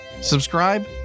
subscribe